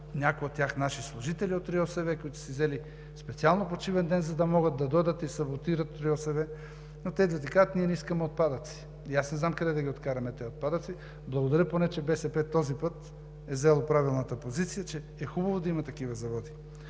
някои от тях наши служители от РИОСВ, които са си взели специално почивен ден, за да могат да дойдат и саботират РИОСВ – и казват: „Ние не искаме отпадъци.“ И аз не знам къде да ги откараме тези отпадъци. Благодаря поне, че БСП този път е заела правилната позиция, че е хубаво да има такива заводи.